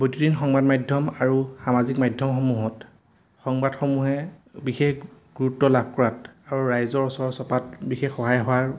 বৈদ্যুতিন সংবাদ মাধ্যম আৰু সামাজিক মাধ্যমসমূহত সংবাদসমূহে বিশেষ গুৰুত্ব লাভ কৰাত আৰু ৰাইজৰ ওচৰ চপাত বিশেষ সহায় হোৱাৰ